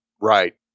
Right